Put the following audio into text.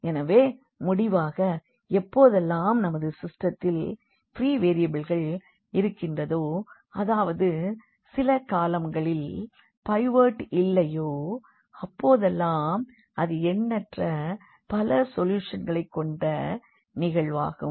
எனவே முடிவாக எப்போதெல்லாம் நமது சிஸ்டத்தில் ப்ரீ வேரியபிள்கள் இருக்கின்றதோ அதாவது சில காலம்களில் பைவோட் இல்லையோ அப்போதெல்லாம் அது எண்ணற்ற பல சொல்யூஷன்களை கொண்ட நிகழ்வாகும்